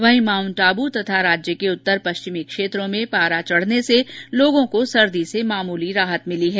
वहीं माउंटआब् तथा राज्य के उत्तर पश्चिमी क्षेत्रो में पारा चढने से लोगों को सर्दी से मामूली राहत मिली है